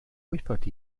wybod